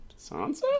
Sansa